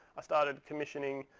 i started commissioning